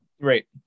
Right